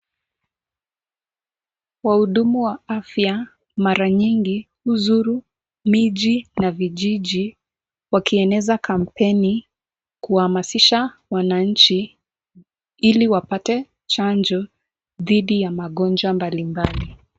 Wahudumu wa afya mara nyingi uzuru miji na vijiji wakieneza kampeni kuhamasisha wananchi ili wapate chanjo dhidi ya magonjwa mbalimbali.